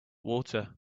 water